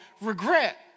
regret